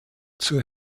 zur